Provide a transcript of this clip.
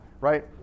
Right